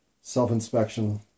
self-inspection